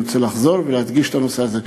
אני רוצה לחזור ולהדגיש את הנושא הזה: